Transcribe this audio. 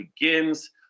begins